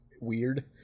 weird